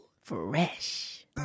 fresh